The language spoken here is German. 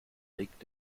regt